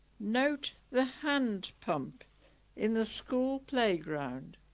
note the hand pump in the school playground